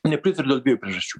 nepritariu dėl dviejų priežasčių